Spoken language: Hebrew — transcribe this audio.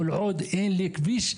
כל עוד אין לי כביש,